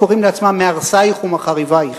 קוראים לעצמם "מהרסייך ומחריבייך",